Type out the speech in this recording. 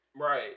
Right